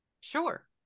Sure